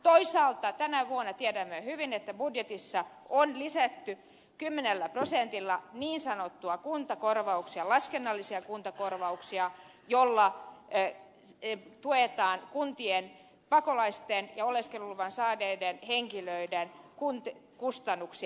toisaalta tiedämme hyvin että tänä vuonna budjetissa on lisätty kymmenellä prosentilla niin sanottuja kuntakorvauksia laskennallisia kuntakorvauksia joilla tuetaan kuntien pakolaisista ja oleskeluluvan saaneista henkilöistä aiheutuvia kustannuksia